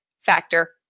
factor